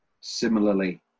similarly